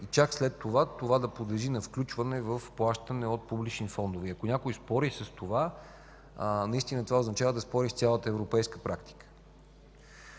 и чак след това да подлежи на включване в плащане от публични фондове. Ако някой спори с това, наистина означава да спори с цялата европейска практика.